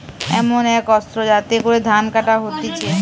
এমন এক অস্ত্র যাতে করে ধান কাটা হতিছে